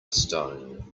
stone